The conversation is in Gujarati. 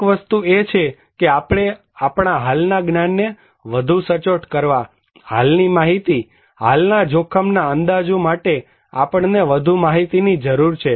એક વસ્તુ એ છે કે આપણે આપણા હાલના જ્ઞાનને વધુ સચોટ કરવા હાલની માહિતી હાલના જોખમના અંદાજો માટે આપણને વધુ માહિતીની જરૂર છે